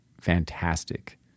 fantastic